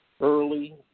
early